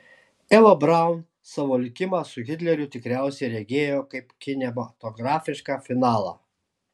eva braun savo likimą su hitleriu tikriausiai regėjo kaip kinematografišką finalą